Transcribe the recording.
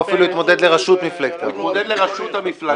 ואפילו התמודד לרשות מפלגת העבודה,